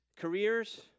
careers